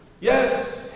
Yes